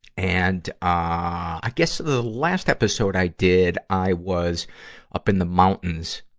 and, ah, i guess the last episode i did, i was up in the mountains,